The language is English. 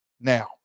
Now